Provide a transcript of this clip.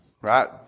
right